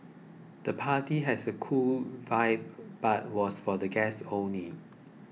the party has a cool vibe but was for guests only